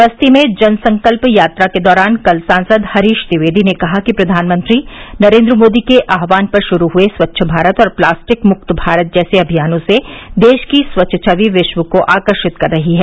बस्ती में जन संकल्प यात्रा के दौरान कल सांसद हरीश द्विवेदी ने कहा कि प्रधानमंत्री नरेन्द्र मोदी के आह्वान पर शुरू हुये स्वच्छ भारत और प्लास्टिक मुक्त भारत जैसे अभियानों से देश की स्वच्छ छवि विश्व को आकर्षित कर रही है